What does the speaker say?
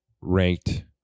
ranked